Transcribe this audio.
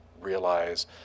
realize